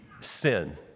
sin